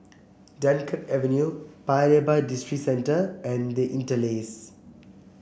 Dunkirk Avenue Paya Lebar Districentre and The Interlace